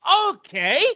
Okay